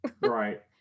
Right